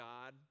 God